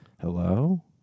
Hello